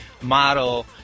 model